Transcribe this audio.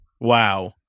Wow